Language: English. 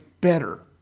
better